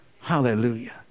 Hallelujah